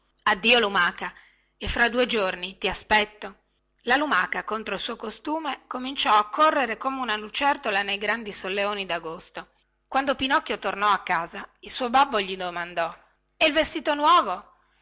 addio lumaca e fra due giorni ti aspetto la lumaca contro il suo costume cominciò a correre come una lucertola nei grandi solleoni dagosto quando pinocchio tornò a casa il suo babbo gli domandò e il vestito nuovo